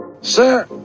Sir